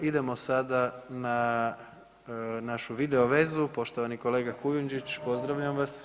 Idemo sada na našu video vezu, poštovani kolega Kujundžić, pozdravljam vas.